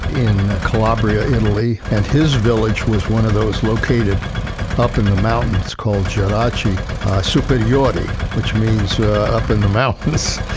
in calabria, italy, and his village was one of those located up in the mountains called gerace superiore, which means up in the mountains.